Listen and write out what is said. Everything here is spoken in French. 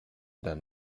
d’un